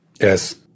Yes